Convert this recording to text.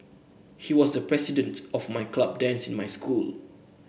he was the president of my club dance in my school